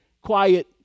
quiet